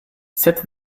cette